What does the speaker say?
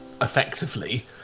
effectively